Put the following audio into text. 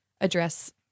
address